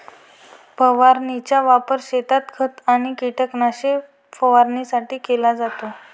फवारणीचा वापर शेतात खत आणि कीटकनाशके फवारणीसाठी केला जातो